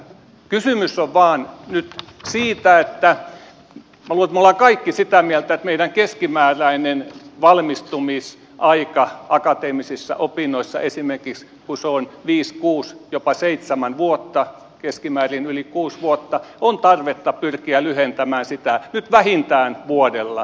kysymys on vaan nyt siitä minä luulen että me olemme kaikki sitä mieltä että meidän keskimääräistä valmistumisaikaa esimerkiksi akateemisissa opinnoissa kun se on viisi kuusi jopa seitsemän vuotta keskimäärin yli kuusi vuotta on tarvetta pyrkiä lyhentämään nyt vähintään vuodella